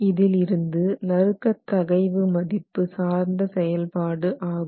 இதிலிருந்து நறுக்கத் தகைவு மதிப்பு MVd சார்ந்த செயல்பாடு ஆகும்